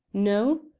no!